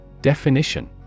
Definition